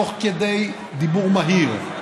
תוך כדי דיבור מהיר.